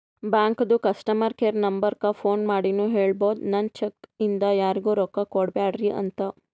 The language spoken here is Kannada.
ಬ್ಯಾಂಕದು ಕಸ್ಟಮರ್ ಕೇರ್ ನಂಬರಕ್ಕ ಫೋನ್ ಮಾಡಿನೂ ಹೇಳ್ಬೋದು, ನನ್ ಚೆಕ್ ಇಂದ ಯಾರಿಗೂ ರೊಕ್ಕಾ ಕೊಡ್ಬ್ಯಾಡ್ರಿ ಅಂತ